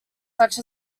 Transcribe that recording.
such